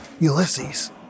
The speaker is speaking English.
Ulysses